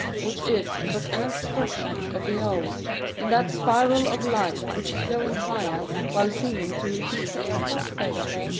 which is but an expression of the old in that spiral of life which is going higher while seeming to repeat the ancient phase.